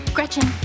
Gretchen